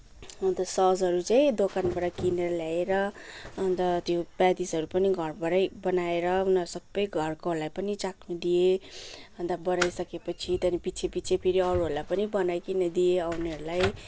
अन्त ससहरू चाहिँ दोकानबाट किनेर ल्याएर अन्त त्यो पेटिजहरू पनि घरबाटै बनाएर उनीहरू सबै घरकोहरूलाई पनि चाख्नु दिएँ अन्त बनाइसके पछि त्यहाँदेखि पिछे पिछे फेरि अरूहरूलाई पनि बनाइकिन आउनेहरूलाई